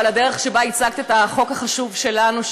גם על הדרך שבה הצגת את החוק החשוב שלנו,